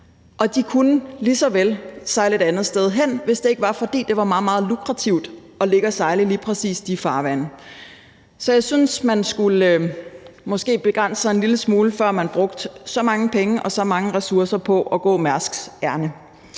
Og de kunne lige så vel sejle et andet sted, hvis det ikke var, fordi det er meget, meget lukrativt at ligge og sejle i lige præcis de farvande. Så jeg synes, man måske skulle begrænse sig en lille smule, før man brugte så mange penge og så mange ressourcer på at gå Mærsks ærinde.